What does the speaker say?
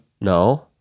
No